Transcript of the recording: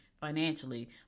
financially